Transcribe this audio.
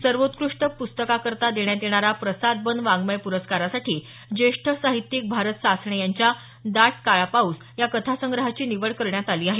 सर्वोत्कृष्ट पुस्तकाकरता देण्यात येणाऱ्या प्रसाद बन वांङमय प्रस्कारासाठी ज्येष्ठ साहित्यिक भारत सासणे यांच्या दाट काळा पाऊस या कथासंग्रहाची निवड करण्यात आली आहे